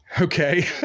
okay